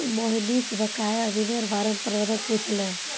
मोहनीश बकाया ऋनेर बार प्रबंधक पूछले